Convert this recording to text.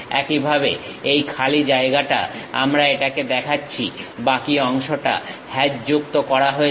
একইভাবে এই খালি জায়গাটা আমরা এটাকে দেখাচ্ছি বাকি অংশটা হ্যাচযুক্ত করা হয়েছে